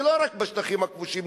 ולא רק בשטחים הכבושים,